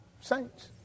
saints